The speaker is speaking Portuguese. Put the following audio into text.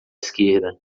esquerda